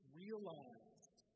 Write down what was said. realized